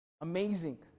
Amazing